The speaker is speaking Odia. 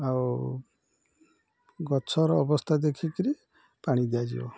ଆଉ ଗଛର ଅବସ୍ଥା ଦେଖିକରି ପାଣି ଦିଆଯିବ